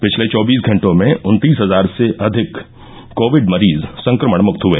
पिछले चौबीस घंटों में उन्तीस हजार से अधिक कोविड मरीज संक्रमण मुक्त हुए